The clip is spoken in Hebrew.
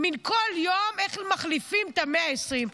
כל יום איך מחליפים את ה-120.